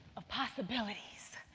of possibilities.